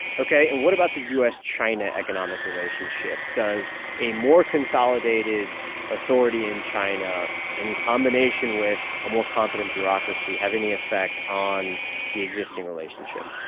ok. and what about the u s china economic relationship? does a more consolidated authority in china in combination with a more competent bureaucracy have any effect on the existing relationship?